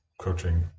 coaching